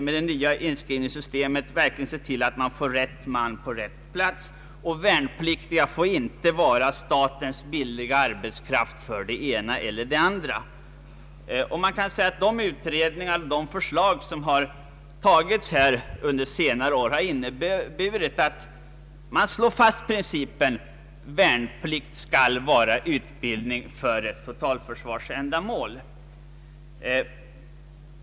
Med det nya inskrivningssystemet skulle man verkligen se till att få ”rätt man på rätt plats”. Värnpliktiga får inte vara statens billiga arbetskraft för det ena eller det andra. Utredningar och förslag under senare år har slagit fast principen: värnplikt skall vara utbildning för ett försvarsändamål.